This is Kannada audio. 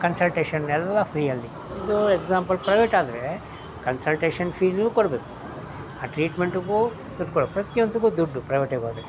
ಕನ್ಸಲ್ಟೇಷನ್ ಎಲ್ಲ ಫ್ರೀ ಅಲ್ಲಿ ಇದೂ ಎಕ್ಸಾಂಪಲ್ ಪ್ರೈವೇಟ್ ಆದರೆ ಕನ್ಸಲ್ಟೇಷನ್ ಫೀಸೂ ಕೊಡಬೇಕು ಆ ಟ್ರೀಟ್ಮೆಂಟ್ಗೂ ದುಡ್ಡು ಕೊಡ್ಬೇಕು ಪ್ರತಿಯೊಂದಕ್ಕೂ ದುಡ್ಡು ಪ್ರೈವೇಟಿಗೆ ಹೋದರೆ